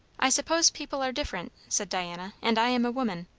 i suppose people are different, said diana. and i am a woman.